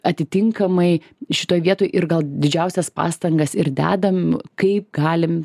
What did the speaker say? atitinkamai šitoj vietoj ir gal didžiausias pastangas ir dedam kaip galim